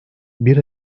bir